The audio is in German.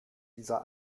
dieser